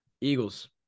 Eagles